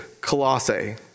Colossae